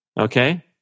Okay